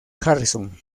harrison